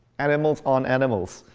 animals on animals.